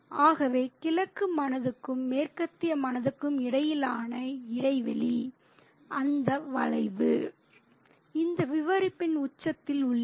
ஆகவே கிழக்கு மனதுக்கும் மேற்கத்திய மனதுக்கும் இடையிலான இடைவெளி அந்த வளைவு இந்த விவரிப்பின் உச்சத்தில் உள்ளது